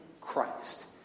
Christ